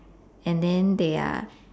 and then they are